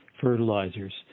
fertilizers